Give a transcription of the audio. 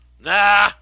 Nah